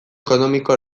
ekonomiko